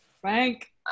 Frank